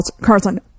Carlson